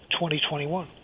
2021